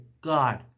god